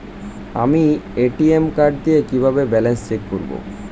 আমি ATM card দিয়ে কিভাবে ব্যালেন্স চেক করব?